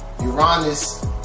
Uranus